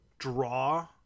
draw